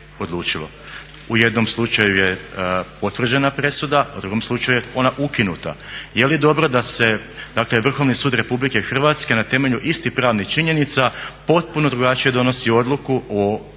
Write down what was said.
U jednom slučaju je potvrđena presuda, u drugom slučaju je ona ukinuta. Jeli dobro da se Vrhovni sud RH na temelju istih pravnih činjenica potpuno drugačije donosi odluku o istome